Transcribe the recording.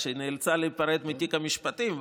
כשנאלצה להיפרד מתיק המשפטים,